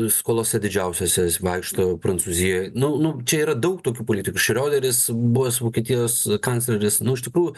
skolose didžiausiose vaikšto prancūzijoj nu nu čia yra daug tokių politikų šrioderis buvęs vokietijos kancleris nu iš tikrųjų